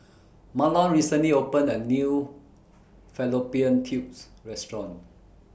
Mahlon recently opened A New Fallopian Tubes Restaurant